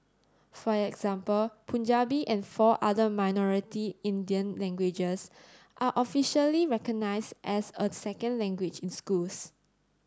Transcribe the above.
for example Punjabi and four other minority Indian languages are officially recognised as a second language in schools